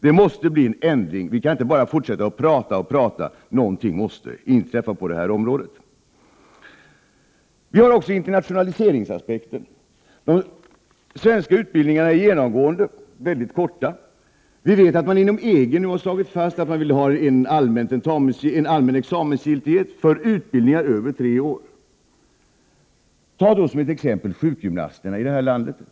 Det måste bli en ändring. Vi kan inte bara fortsätta att prata och prata. Någonting måste inträffa på det här området. Vi har också internationaliseringsaspekten. De svenska utbildningarna är genomgående mycket korta. Vi vet att man inom EG nu har slagit fast att man vill ha en allmän examensgiltighet för utbildningar över tre år. Som exempel kan nämnas sjukgymnasterna i det här landet.